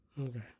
Okay